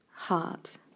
heart